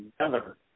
together